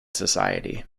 society